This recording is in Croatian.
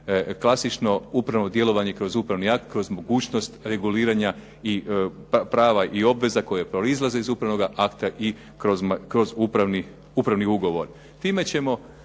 klasično upravno djelovanje kroz upravni akt, kroz mogućnost reguliranja i prava i obveza koje proizlaze iz upravnoga akta i kroz upravni ugovor.